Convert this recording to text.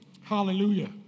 Hallelujah